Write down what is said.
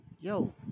yo